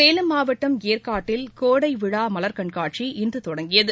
சேலம் மாவட்டம் ஏற்காட்டில் கோடை விழா மலர் கண்காட்சி இன்று தொடங்கியது